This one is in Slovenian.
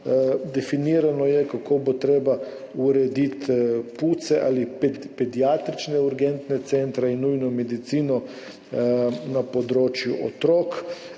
definirano je, kako bo treba urediti PUC-e ali pediatrične urgentne centre in nujno medicino na področju otrok,